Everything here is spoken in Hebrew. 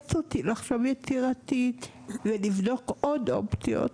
מאלץ אותי לחשוב יצירתי ולבדוק עוד אופציות.